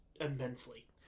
immensely